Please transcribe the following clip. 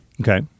Okay